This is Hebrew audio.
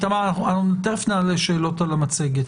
תכף נענה על שאלות מהמצגת.